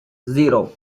zero